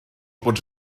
bod